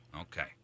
Okay